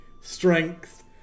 strength